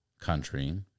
country